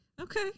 Okay